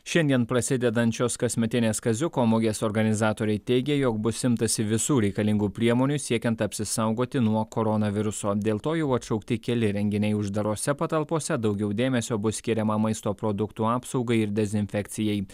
šiandien prasidedančios kasmetinės kaziuko mugės organizatoriai teigė jog bus imtasi visų reikalingų priemonių siekiant apsisaugoti nuo koronaviruso dėl to jau atšaukti keli renginiai uždarose patalpose daugiau dėmesio bus skiriama maisto produktų apsaugai ir dezinfekcijai